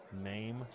name